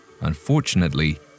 Unfortunately